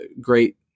great